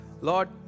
Lord